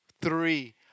Three